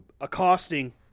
accosting